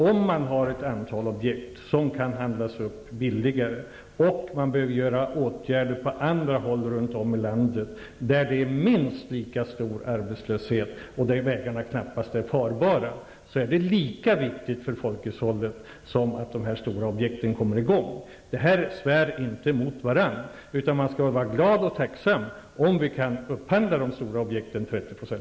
Om man har ett antal objekt som kan upphandlas billigare, och man behöver vidta åtgärder på andra håll i landet där det är minst lika stor arbetslöshet och vägarna knappast är farbara, är det lika viktigt för folkhushållet som att arbetet med dessa stora objekt kommer i gång. Detta svär inte emot varanda, utan man skall vara glad och tacksam om vi kan upphandla de stora objekten